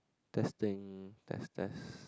testing test test